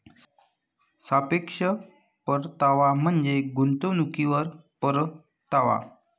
सापेक्ष परतावा म्हणजे गुंतवणुकीवर परतावा